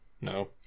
No